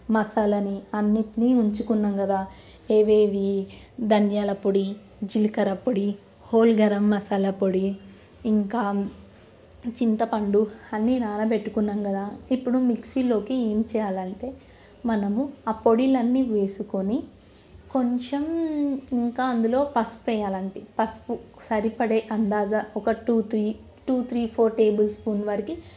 మసలని అన్నింటినీ ఉంచుకున్నాము కదా ఏవేవి ధనియాల పొడి జీలకర్ర పొడి హోల్ గరం మసాలా పొడి ఇంకా చింతపండు అన్ని నానబెట్టుకున్నాము కదా ఇప్పుడు మిక్సీలోకి ఏం చేయాలంటే మనము ఆ పొడిలన్నీ వేసుకొని కొంచెం ఇంకా అందులో పసుపు వేయాలండి పసుపు సరిపడే అందాజా ఒక two three two three four tablespoon వరకి